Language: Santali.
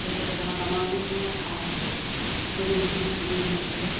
ᱯᱩᱭᱥᱟᱹ ᱴᱟᱠᱟᱦᱚᱸ ᱠᱟᱢᱟᱣ ᱦᱩᱭᱩᱜ ᱜᱮᱭᱟ ᱟᱨ ᱵᱩᱞᱩᱝ ᱥᱩᱱᱩᱢ ᱦᱚᱸ ᱠᱤᱨᱤᱧ ᱦᱩᱭᱩᱜ ᱜᱮᱭᱟ